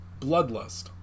Bloodlust